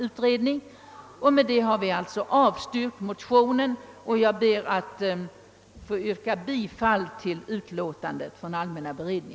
Vi har således avstyrkt motionen, och jag ber att få yrka bifall till utskottets hemställan.